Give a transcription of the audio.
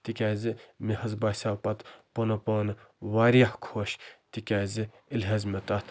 تِکیازِ مےٚ حظ باسیٛو پَتہٕ پَنُن پان واریاہ خۄش تِکیازِ ییٚلہِ حظ مےٚ تَتھ